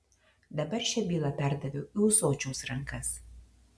dabar šią bylą perdaviau į ūsočiaus rankas